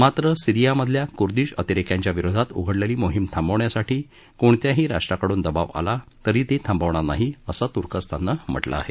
मात्र सीरियामधल्या कुर्दिश अतिरेक्यांच्या विरोधात उघडलेली मोहीम थांबवण्यासाठी कोणत्याही राष्ट्राकडून दबाव आला तरी ती थांबवणार नाही असं तुर्कस्ताननं म्हटलं आहे